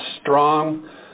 strong